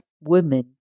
women